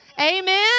Amen